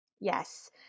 Yes